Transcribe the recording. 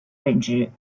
任职